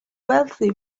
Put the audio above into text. wealthy